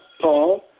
Paul